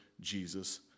Jesus